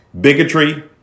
bigotry